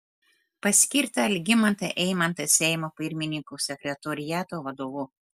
paskirti algimantą eimantą seimo pirmininko sekretoriato vadovu